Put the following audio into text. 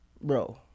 Bro